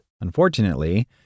Unfortunately